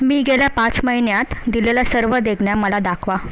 मी गेल्या पाच महिन्यात दिलेल्या सर्व देणग्या मला दाखवा